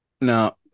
Now